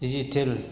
digital